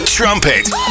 Trumpet